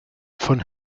von